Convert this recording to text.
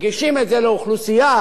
מגישים את זה לאוכלוסייה,